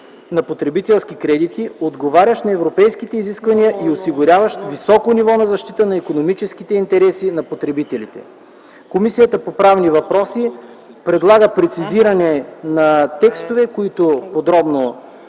на потребителски кредит, отговарящ на европейските изисквания и осигуряващ високо ниво на защита на икономическите интереси на потребителите.” Комисията по правни въпроси предлага прецизиране на текстове, които подробно